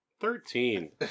Thirteen